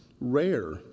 rare